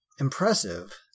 impressive